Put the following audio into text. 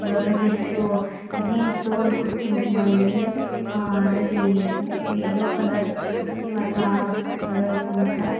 ಇವಾಗ just jeans ಒಂದು kurti book ಮಾಡಿದ್ದೀನಿ ಅದ್ರಲ್ಲಿ ಎಲ್ಲೋ ಕಲರ್ ಕುರ್ತಿ ಮಾತ್ರ ಸಕ್ಕತ್ತಾಗಿತ್ತು ಮಾತ್ರ